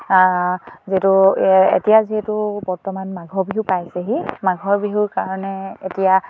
যিটো এতিয়া যিহেতু বৰ্তমান মাঘৰ বিহু পাইছেহি মাঘৰ বিহুৰ কাৰণে এতিয়া